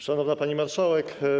Szanowna Pani Marszałek!